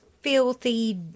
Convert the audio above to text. filthy